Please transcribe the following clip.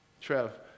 Trev